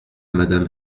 madame